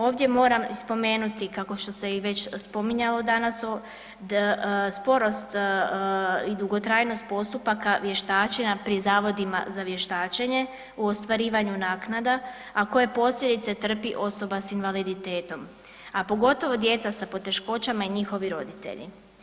Ovdje moram spomenuti kako što se i već spominjalo danas, sporost i dugotrajnost postupaka vještačenja pri zavodima za vještačenje u ostvarivanju naknada a koje posljedice trpi osoba sa invaliditetom a pogotovo djeca za poteškoćama i njihovi roditelji.